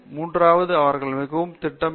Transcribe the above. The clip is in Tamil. மூன்றாவதாக அவர்கள் மிகவும் திட்டமிட வேண்டும்